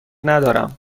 ندارم